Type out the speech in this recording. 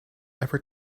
ever